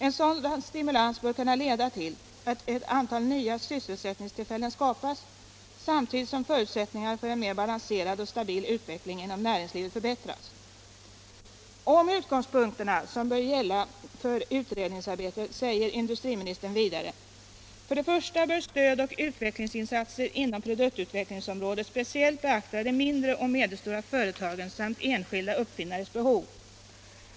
En sådan stimulans bör kunna leda till att ett antal nya sysselsättningstillfällen skapas samtidigt som förutsättningarna för en mer balanserad och stabil utveckling inom näringslivet förbättras.” Om de utgångspunkter som bör gälla för utredningsarbetet säger industriministern vidare: ”För det första bör stöd och utvecklingsinsatser inom produktutvecklingsområdet speciellt beakta de mindre och medelstora företagens samt enskilda uppfinnares behov.